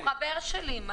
הוא חבר שלי.